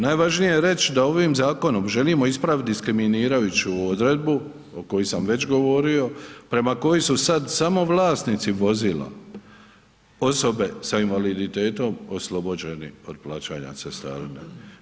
Najvažnije je reć da ovim zakonom želimo ispraviti diskriminirajuću odredbu o kojoj sam već govorio, prema kojoj su samo vlasnici vozila osobe sa invaliditetom oslobođeni od plaćanja cestarine.